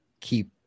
keep